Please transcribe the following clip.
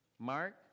Mark